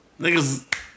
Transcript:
niggas